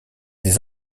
des